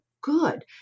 good